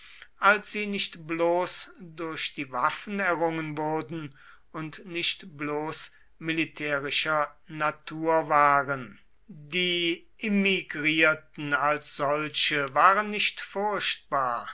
als sie nicht bloß durch die waffen errungen wurden und nicht bloß militärischer natur waren die emigrierten als solche waren nicht furchtbar